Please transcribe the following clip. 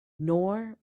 nor